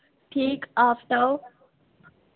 ठीक आप सनाओ